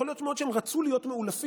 מאוד יכול להיות שהם רצו להיות מאולפים,